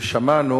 ושמענו,